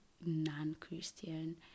non-Christian